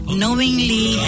knowingly